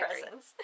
presents